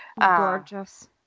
Gorgeous